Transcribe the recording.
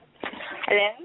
Hello